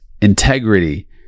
integrity